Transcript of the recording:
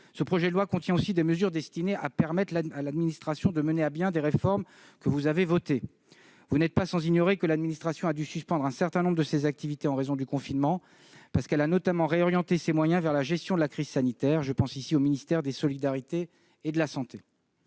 Ce projet de loi contient aussi des mesures destinées à permettre à l'administration de mener à bien des réformes que vous avez votées. Vous ne l'ignorez pas, l'administration a dû suspendre un certain nombre de ses activités en raison du confinement, parce qu'elle a notamment réorienté ses moyens vers la gestion de la crise sanitaire. Je pense ici au ministère des solidarités et de la santé.